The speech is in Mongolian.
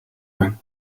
байна